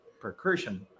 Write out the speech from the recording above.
percussion